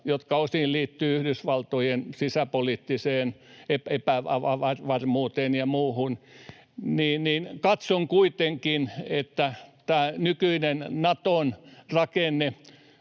jotka osin liittyvät Yhdysvaltojen sisäpoliittiseen epävarmuuteen ja muuhun. Katson, että kyllä siellä on myöskin